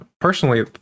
personally